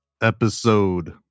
episode